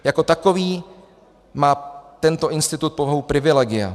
Jako takový má tento institut povahu privilegia.